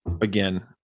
again